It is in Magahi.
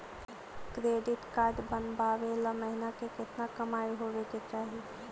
क्रेडिट कार्ड बनबाबे ल महीना के केतना कमाइ होबे के चाही?